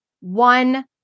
one